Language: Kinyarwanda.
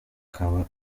akaba